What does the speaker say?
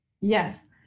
Yes